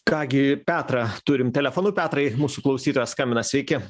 ką gi petrą turim telefonu petrai mūsų klausytojas skambina sveiki